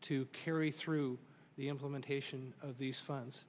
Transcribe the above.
to carry through the implementation of these funds